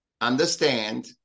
understand